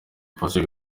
pasika